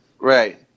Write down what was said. Right